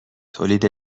تولید